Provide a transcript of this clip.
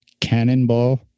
Cannonball